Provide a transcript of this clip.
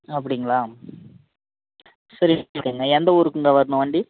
அப்படிங்களா எந்த ஊருக்குங்க வரணும் வண்டி